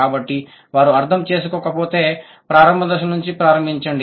కాబట్టి వారు అర్థం చేసుకోకపోతే ప్రారంభ దశ నుంచి ప్రారంభించండి